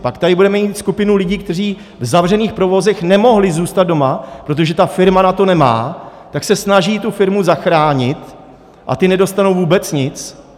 Pak tady budeme mít skupinu lidí, kteří v zavřených provozech nemohli zůstat doma, protože ta firma na to nemá, tak se snaží tu firmu zachránit, a ti nedostanou vůbec nic.